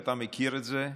אתה מכיר את זה,